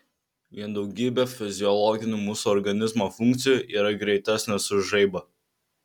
vien daugybė fiziologinių mūsų organizmo funkcijų yra greitesnės už žaibą